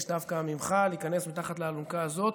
דווקא ממך להיכנס מתחת לאלונקה הזאת.